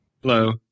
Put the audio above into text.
Hello